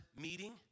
meeting